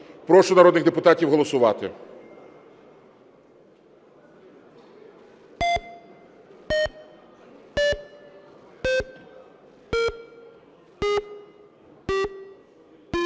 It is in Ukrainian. Прошу народних депутатів голосувати.